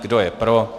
Kdo je pro?